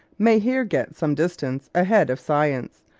may here get some distance ahead of science,